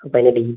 അപ്പം അതിൻ്റെ ഡീ